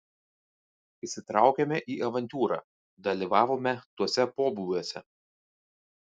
įsitraukėme į avantiūrą dalyvavome tuose pobūviuose